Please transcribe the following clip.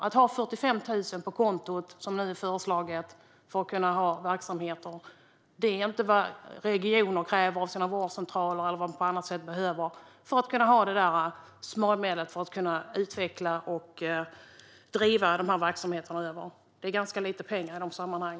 Att ha 45 000 på kontot, vilket föreslås, är inte vad regioner kräver av sina vårdcentraler eller annat för att ha småmedel att kunna utveckla och driva verksamheterna. Det är ganska lite pengar i dessa sammanhang.